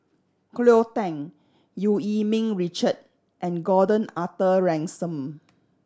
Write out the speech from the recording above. Cleo Thang Eu Yee Ming Richard and Gordon Arthur Ransome